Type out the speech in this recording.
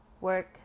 work